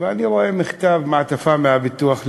ואני רואה מכתב, מעטפה מהביטוח הלאומי.